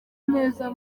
neza